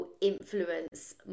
influence